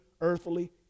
earthly